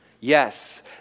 Yes